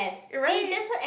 you're right